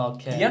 Okay